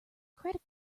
credit